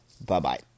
Bye-bye